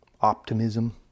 optimism